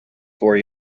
for